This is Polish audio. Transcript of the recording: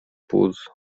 puls